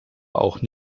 auch